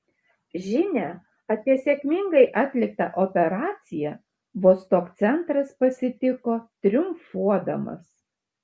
žinią apie sėkmingai atliktą operaciją vostok centras pasitiko triumfuodamas